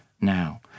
now